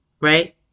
right